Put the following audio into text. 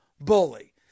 Bully